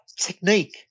technique